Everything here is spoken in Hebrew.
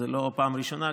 זו לא פעם ראשונה,